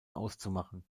auszumachen